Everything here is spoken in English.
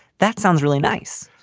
that sounds really nice.